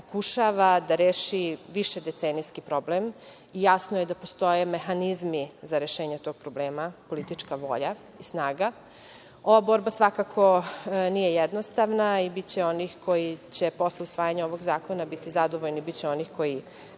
da reši višedecenijski problem. Jasno je da postoje mehanizmi za rešenje tog problema, politička volja, snaga. Ova borba svakako nije jednostavna i biće onih koji će posle usvajanja ovog zakona biti zadovoljni, biće onih koji